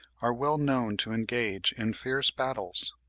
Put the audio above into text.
are well known to engage in fierce battles.